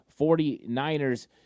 49ers